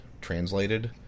translated